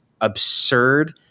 absurd